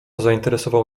zainteresował